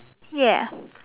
ya